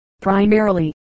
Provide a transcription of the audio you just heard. primarily